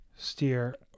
Steer